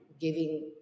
giving